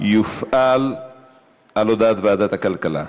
יופעל לפי הודעת ועדת הכלכלה.